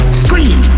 scream